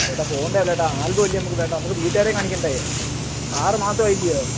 ചേട്ടാ ഫോണിന്റെ അല്ല ഏട്ടാ ആൽബം അല്ലെ നമുക്ക് വേണ്ടത് നമുക്ക് വീട്ട്കാരെ കാണിക്കണ്ടേ ആറ് മാസമായില്ലയോ